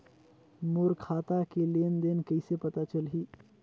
मोर खाता के लेन देन कइसे पता चलही?